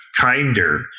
kinder